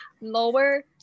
lower